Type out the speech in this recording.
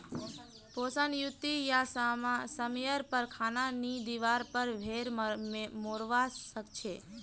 पोषण युक्त या समयर पर खाना नी दिवार पर भेड़ मोरवा सकछे